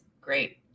great